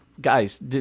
Guys